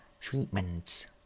Treatments